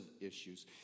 issues